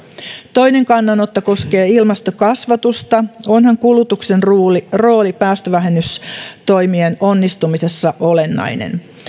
toinen kannanotto koskee ilmastokasvatusta onhan kulutuksen rooli rooli päästövähennystoimien onnistumisessa olennainen